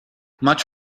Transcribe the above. much